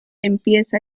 empieza